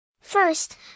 First